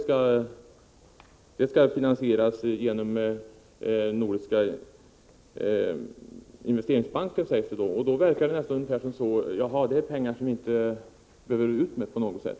Ja, den skall finansieras genom Nordiska investeringsbanken, sägs det då. Det verkar nästan som om det är pengar som vi inte behöver betala ut på något sätt.